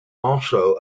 also